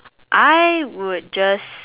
I would just